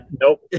Nope